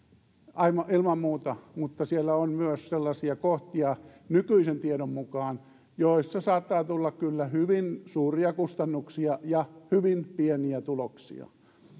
ilman muuta mutta siellä on myös sellaisia kohtia nykyisen tiedon mukaan joissa saattaa tulla kyllä hyvin suuria kustannuksia ja hyvin pieniä tuloksia